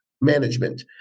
management